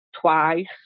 twice